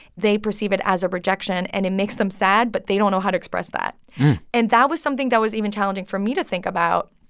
they perceive it as a rejection, and it makes them sad. but they don't know how to express that and that was something that was even challenging for me to think about.